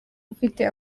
ufite